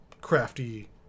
crafty